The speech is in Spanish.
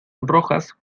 rojas